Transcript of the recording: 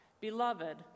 Beloved